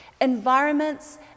environments